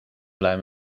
blij